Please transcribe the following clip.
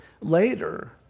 later